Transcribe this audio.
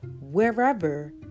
wherever